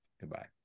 goodbye